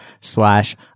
slash